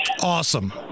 Awesome